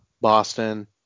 Boston